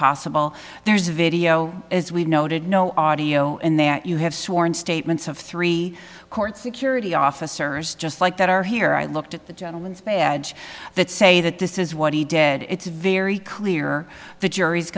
possible there's a video as we noted no audio in there you have sworn statements of three court security officers just like that are here i looked at the gentleman's badge that say that this is what he did it's very clear the jury's